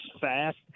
fast